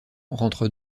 rentre